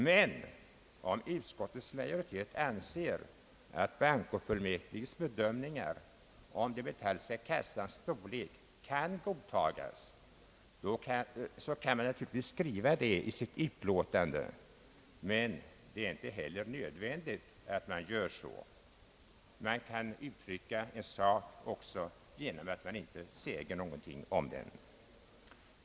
Men om utskottsmajoriteten anser att bankofullmäktiges bedömningar om den metalliska kassans storlek kan godtas så kan man naturligtvis skriva det i sitt utlåtande, men det är ju inte nödvändigt att så sker. Man kan uttrycka en sak också genom att man inte säger någonting om den.